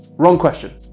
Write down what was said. wrong question.